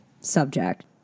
subject